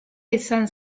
izan